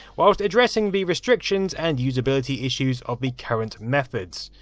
whilst addressing the restrictions and usability issues of the current methods.